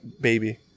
baby